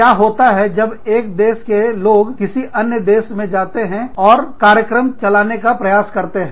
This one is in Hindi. क्या होता है जब एक देश के लोग किसी अन्य देश में आते हैं और कार्यक्रम नाटक चलाने का प्रयास करते हैं